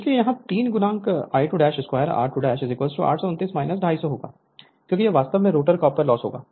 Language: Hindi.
Refer Slide Time 2355 इसलिए यहां 3 I22r2829 250 होगा क्योंकि यह वास्तव में रोटर कॉपर लॉस होगा